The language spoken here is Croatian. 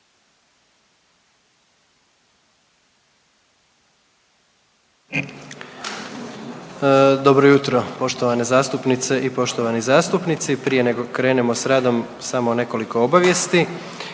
Dobro jutro poštovane zastupnice i poštovani zastupnici, prije nego krenemo s radom samo nekoliko obavijesti.